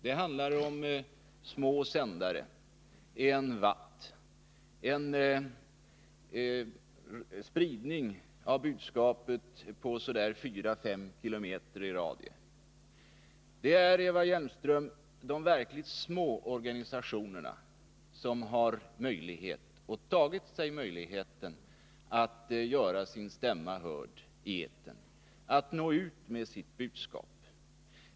Det handlar om små sändare på 1 watt. Närradion har en spridning av budskapet inom en radie av cirka 4-5 kilometer. Det är, Eva Hjelmström, de verkligt små organisationerna som har möjlighet — och har tagit sig möjligheten — att göra sin stämma hörd i etern, att nå ut med sitt budskap.